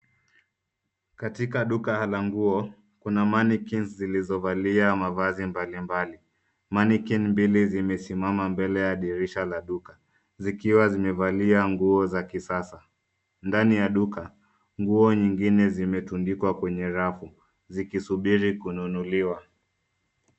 Katika duka la nguo, kuna mannequins zilizovalia mavazi mbalimbali. Mannequin mbili zimesimama mbele ya dirisha la duka zikiwa zimevalia nguo za kisasa. Ndani ya duka, nguo nyingine zimetundikwa kwenye rafu zikisubiri kununuliwa.